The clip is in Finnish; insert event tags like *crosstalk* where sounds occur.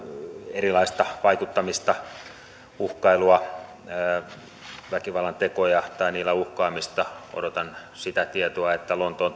erilaista vaikuttamista uhkailua väkivallan tekoja tai niillä uhkaamista odotan sitä tietoa että lontoon *unintelligible*